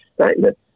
statement